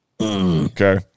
Okay